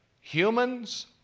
humans